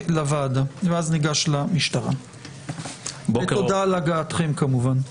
לוועדה, ואז ניגש למשטרה, ותודה על הגעתכם כמובן.